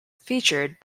featured